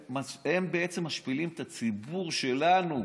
הם בעצם משפילים את הציבור שלנו,